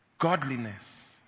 Godliness